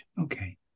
Okay